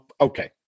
okay